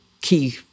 key